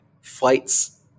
flights